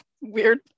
weird